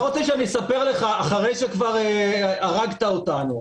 אז אתה רוצה שאני אספר לך אחרי שכבר הרגת אותנו.